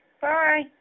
Bye